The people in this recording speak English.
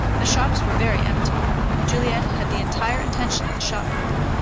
the shops were very empty juliet had the entire attention of the shop people,